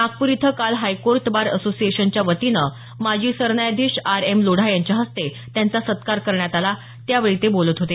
नागपूर इथं काल high court bar असोसिशनच्यावतीनं माजी सरन्यायाधीश आर एम लोढा यांच्या हस्ते त्यांचा सत्कार करण्यात आला त्यावेळी ते बोलत होते